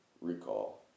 recall